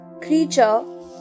Creature